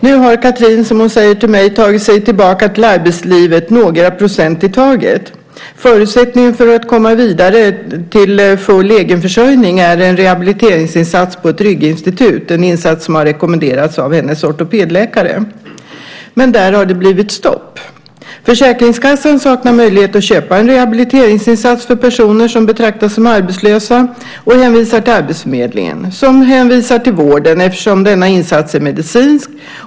Nu har Cathrin, som hon säger till mig, tagit sig tillbaka till arbetslivet "några procent i taget". Förutsättningarna för att komma vidare till full egenförsörjning är en rehabiliteringsinsats på ett rygginstitut, en insats som har rekommenderats av hennes ortoped. Men där har det blivit stopp. Försäkringskassan saknar möjlighet att köpa en rehabiliteringsinsats för personer som betraktas som arbetslösa och hänvisar till arbetsförmedlingen, som hänvisar till vården eftersom denna insats är medicinsk.